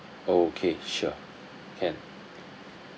okay sure can